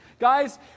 Guys